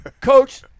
Coach